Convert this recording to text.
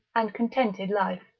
and contented life.